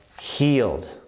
healed